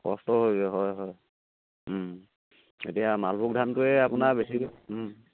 কষ্ট হৈগৈ হয় হয় এতিয়া মালভোগ ধানটোৱে আপোনাৰ বেছিকৈ